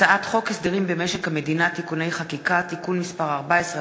הצעת חוק הסדרים במשק המדינה (תיקוני חקיקה) (תיקון מס' 14),